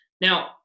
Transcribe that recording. Now